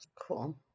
cool